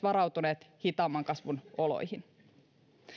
varautuneet hitaamman kasvun oloihin